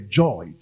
joy